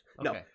No